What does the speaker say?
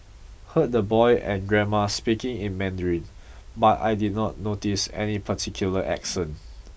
heard the boy and grandma speaking in Mandarin but I did not notice any particular accent